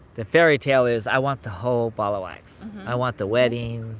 the fairy tale is, i want the whole ball of wax. i want the wedding,